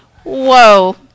Whoa